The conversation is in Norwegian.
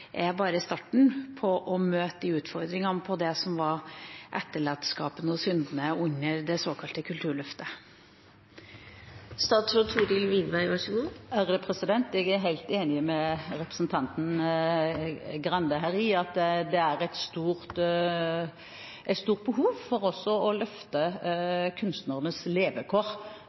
er starten på å møte utfordringene på det som var etterlatenskapene og syndene under det såkalte Kulturløftet. Jeg er helt enig med representanten Skei Grande i at det er et stort behov for også å løfte